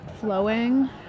flowing